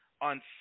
on